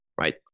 right